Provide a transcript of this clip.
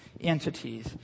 entities